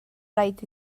rhaid